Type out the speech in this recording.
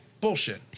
bullshit